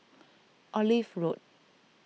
Olive Road